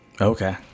Okay